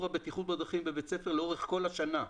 הבטיחות בדרכים בבית הספר לאורך כל השנה,